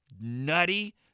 nutty